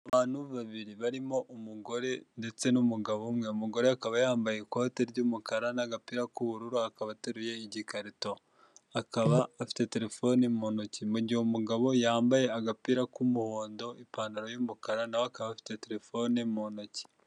Abantu babiri barimo umugore ndetse n'umugabo umwe, umugore akaba yambaye ikote ry'umukara n'agapira k'ubururu, akaba ateruye igikarito. Akaba afite telefoni mu ntoki, mu gihe umugabo yambaye agapira k'umuhondo, ipantaro y'umukara nawe akaba afite telefone mu ntoki.